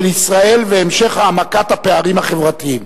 ישראל והמשך העמקת הפערים החברתיים.